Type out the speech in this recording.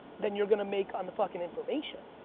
than you're going to make on the fucking information.